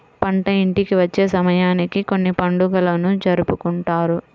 పంట ఇంటికి వచ్చే సమయానికి కొన్ని పండుగలను జరుపుకుంటారు